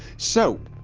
so